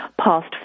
past